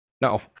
no